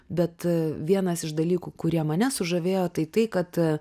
bet vienas iš dalykų kurie mane sužavėjo tai tai kad